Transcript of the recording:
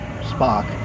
Spock